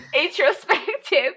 introspective